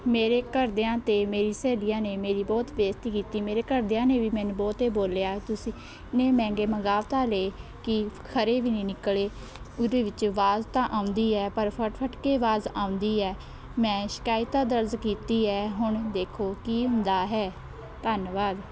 ਮੇਰੇ ਘਰਦਿਆਂ ਅਤੇ ਮੇਰੀ ਸਹੇਲੀਆਂ ਨੇ ਮੇਰੀ ਬਹੁਤ ਬੇਇਜ਼ਤੀ ਕੀਤੀ ਮੇਰੇ ਘਰਦਿਆਂ ਨੇ ਵੀ ਮੈਨੂੰ ਬਹੁਤ ਏ ਬੋਲਿਆ ਤੁਸੀਂ ਇੰਨੇ ਮਹਿੰਗੇ ਮੰਗਾ ਤਾਂ ਲਏ ਕੀ ਖਰੇ ਵੀ ਨਹੀਂ ਨਿਕਲੇ ਉਹਦੇ ਵਿੱਚ ਆਵਾਜ਼ ਤਾਂ ਆਉਂਦੀ ਹੈ ਪਰ ਫਟ ਫਟ ਕੇ ਆਵਾਜ਼ ਆਉਂਦੀ ਹੈ ਮੈਂ ਸ਼ਿਕਾਇਤ ਤਾਂ ਦਰਜ ਕੀਤੀ ਹੈ ਹੁਣ ਦੇਖੋ ਕੀ ਹੁੰਦਾ ਹੈ ਧੰਨਵਾਦ